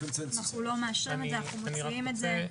אנחנו לא מאשרים אך זה ומוציאים את זה.